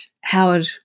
Howard